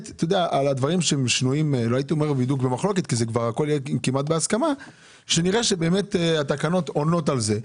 על רוב הדברים יש אמנם הסכמה אבל כך נראה שבאמת התקנות עונות על זה.